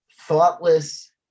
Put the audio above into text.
thoughtless